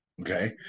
Okay